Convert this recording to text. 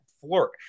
flourish